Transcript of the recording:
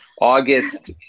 August